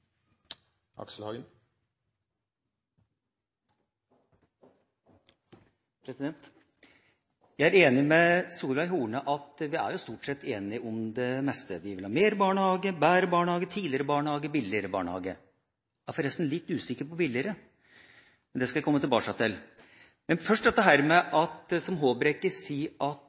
har eg tru på for å styrkje arbeidet med tidleg innsats i framtida. Jeg er enig med Solveig Horne i at vi stort sett er enige om det meste. Vi vil ha mer barnehage, bedre barnehage, tidligere barnehage og billigere barnehage. Jeg er forresten litt usikker på billigere, men det skal jeg komme tilbake til. Men først til det som